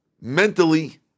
mentally